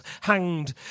hanged